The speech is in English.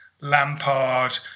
Lampard